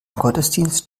gottesdienst